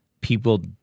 people